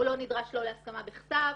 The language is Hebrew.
לא להסכמה בכתב.